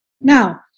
Now